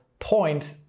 point